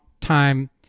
time